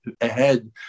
ahead